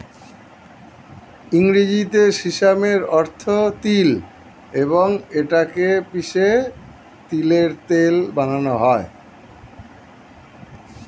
ইংরেজিতে সিসামের অর্থ তিল এবং এটা কে পিষে তিলের তেল বানানো হয়